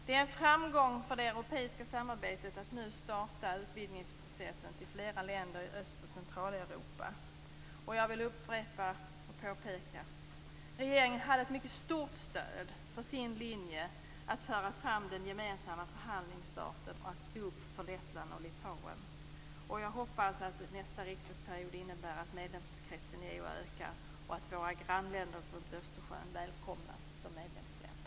Det är en framgång för det europeiska samarbetet att nu starta utvidgningsprocessen till flera länder i Öst och Centraleuropa. Jag vill upprepa och påpeka att regeringen hade ett mycket stort stöd för sin linje att föra fram den gemensamma förhandlingsstarten och att stå upp för Lettland och Litauen. Jag hoppas att nästa riksdagsperiod innebär att medlemskretsen i EU ökar och att våra grannländer runt Östersjön välkomnas som medlemsländer.